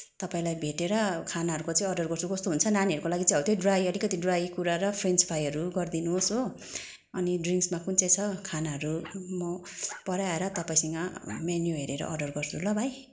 तपाईँलाई भेटेर खानाहरूको चाहिँ अर्डर गर्छु कस्तो हुन्छ नानीहरूको लागि चाहिँ हो त्यही ड्राई अलिकति ड्राई कुरा र फेन्च फ्राईहरू गरिदिनुहोस् हो अनि ड्रिङ्क्समा कुन चाहिँ छ खानाहरू म परै आएर तपाईँसँग मेनु हेरेर अर्डर गर्छु ल भाइ